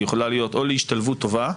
היא יכולה להיות או להשתלבות טובה,